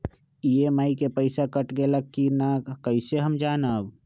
EMI के पईसा कट गेलक कि ना कइसे हम जानब?